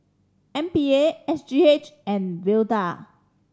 M P A S G H and Vital